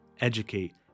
educate